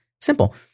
simple